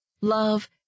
love